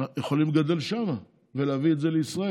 יכולים לגדל שם ולהביא את זה לישראל.